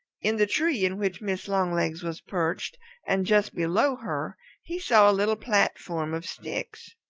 in the tree in which mrs. longlegs was perched and just below her he saw a little platform of sticks.